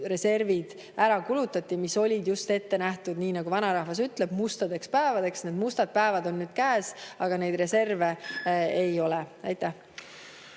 reservid, mis olid ette nähtud, nagu vanarahvas ütleb, mustadeks päevadeks. Need mustad päevad on käes, aga neid reserve ei ole. Aitäh!